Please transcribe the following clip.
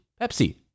Pepsi